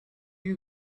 you